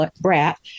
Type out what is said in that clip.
brat